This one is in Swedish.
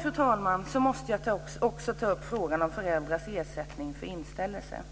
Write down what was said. Fru talman! Jag måste också ta upp frågan om föräldrars ersättning för inställelse.